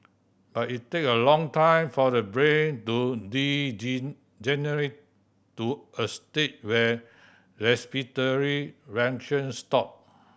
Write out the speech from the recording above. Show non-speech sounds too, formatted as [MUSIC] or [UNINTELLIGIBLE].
but it take a long time for the brain to [UNINTELLIGIBLE] to a stage where respiratory [UNINTELLIGIBLE] stop